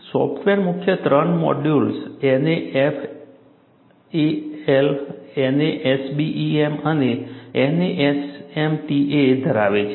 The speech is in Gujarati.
સોફ્ટવેર મુખ્ય ત્રણ મોડ્યુલ NASFLA NASBEM અને NASMAT ધરાવે છે